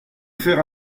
faire